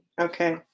Okay